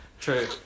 true